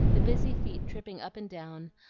the busy feet tripping up and down,